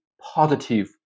positive